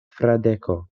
fradeko